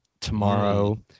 tomorrow